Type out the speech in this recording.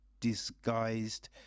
disguised